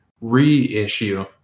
reissue